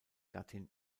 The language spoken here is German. gattin